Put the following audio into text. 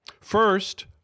First